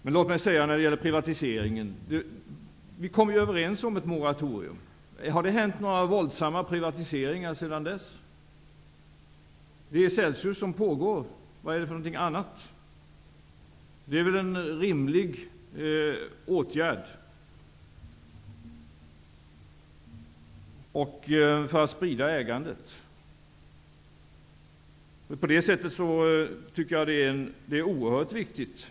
Men när det gäller privatiseringen vill jag hävda att vi kom överens om ett moratorium. Har det skett några våldsamma privatiseringar sedan dess? Privatiseringen av Celsius pågår, men pågår något annat? Det är en rimlig åtgärd för att sprida ägandet. På det sättet tycker jag att det är oerhört viktigt.